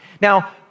Now